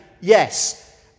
yes